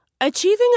Achieving